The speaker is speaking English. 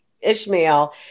Ishmael